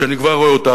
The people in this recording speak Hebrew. שאני כבר רואה אותה,